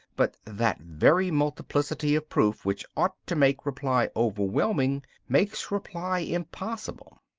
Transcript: but that very multiplicity of proof which ought to make reply overwhelming makes reply impossible.